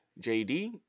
JD